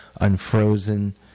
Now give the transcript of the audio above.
unfrozen